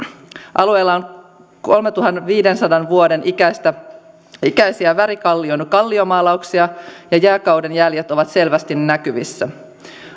alueella on kolmentuhannenviidensadan vuoden ikäisiä värikallion kalliomaalauksia ja jääkauden jäljet ovat selvästi näkyvissä